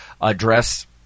address